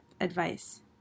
advice